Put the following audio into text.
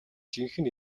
жинхэнэ